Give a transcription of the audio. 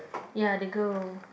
ya the girl